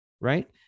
right